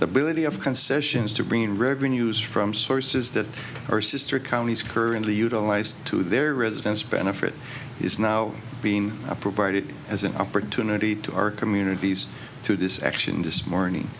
ability of concessions to bring in revenues from sources that are sister counties currently utilized to their residents benefit is now being provided as an opportunity to our communities to this action this morning